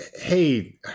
Hey